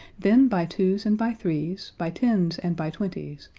then by twos and by threes, by tens and by twenties,